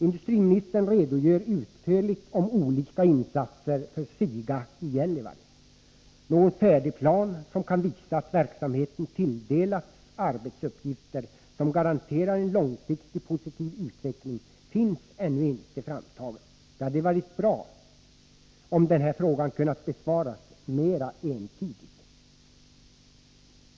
Industriministern redogör utförligt för olika insatser för SIGA i Gällivare. Någon färdig plan som kan visa att verksamheten tilldelats arbetsuppgifter som garanterar en långsiktig positiv utveckling finns ännu inte framtagen. Det hade varit bra om den här frågan kunnat besvaras mera entydigt.